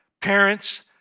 Parents